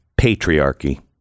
patriarchy